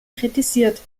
kritisiert